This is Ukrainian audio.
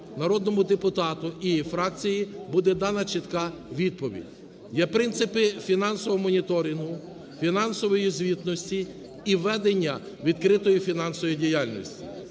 народному депутату і фракції буде дана чітка відповідь. Є принципи фінансового моніторингу, фінансової звітності і ведення відкритої фінансової діяльності.